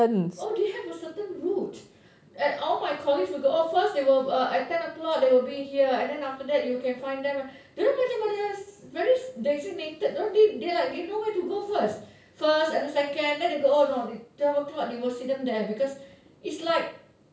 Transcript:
oh they have a certain route all my colleagues will go off first at ten o'clock they will be here and then after that you can find them dia orang macam ada very designated they like know where to go first first then second twelve o'clock you will see them there is like